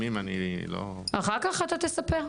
אחר-כך תספר,